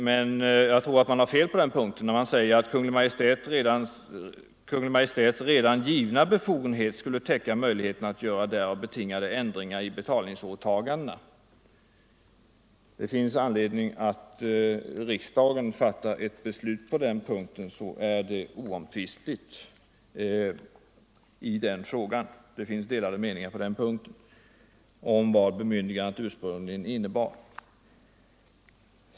Men jag tror att de har fel när de fortsätter: ”Kungl. Maj:ts redan givna befogenhet täcker möjligheten att göra därav betingade ändringar i betalningsåtagandena.” Det finns anledning att riksdagen fattar ett beslut på den punkten, så är saken oomtvistlig. Det finns delade meningar om vad bemyndigandet ursprungligen innebar.